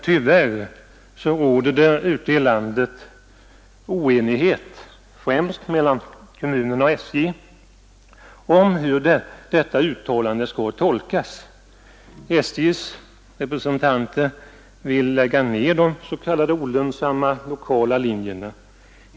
Tyvärr råder det emellertid ute i landet — främst mellan kommunerna och SJ — oenighet om hur detta uttalande skall tolkas. SJ:s representanter vill lägga ner de s.k. olönsamma lokala linjerna.